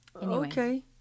Okay